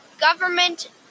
Government